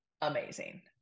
amazing